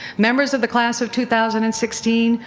members of the class of two thousand and sixteen,